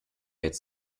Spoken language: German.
jetzt